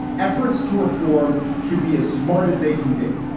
efforts to reform should be as smart as they can be.